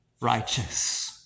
righteous